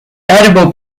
edible